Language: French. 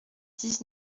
dix